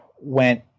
went